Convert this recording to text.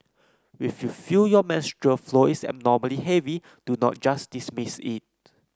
if you feel your menstrual flow is abnormally heavy do not just dismiss it